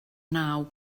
naw